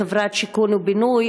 בחברת "שיכון ובינוי",